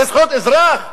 זה זכויות אזרח?